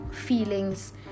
feelings